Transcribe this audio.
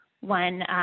one